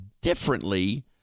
differently